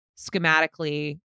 schematically